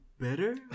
better